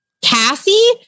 Cassie